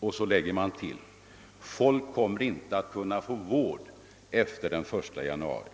Och så tillägger man: Folk kommer inte att kunna få vård efter den 1 januari.